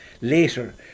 Later